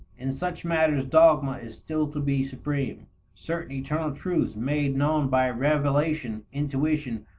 in such matters, dogma is still to be supreme certain eternal truths made known by revelation, intuition,